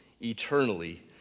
eternally